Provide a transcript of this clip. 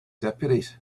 deputies